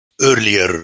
Earlier